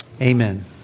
Amen